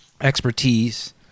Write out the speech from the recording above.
expertise